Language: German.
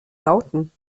lauten